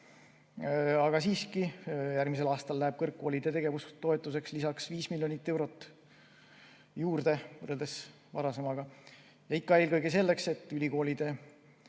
Aga siiski, järgmisel aastal läheb kõrgkoolide tegevustoetusesse 5 miljonit eurot juurde, võrreldes varasemaga. Ikka eelkõige selleks, et ülikoolide